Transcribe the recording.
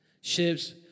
ships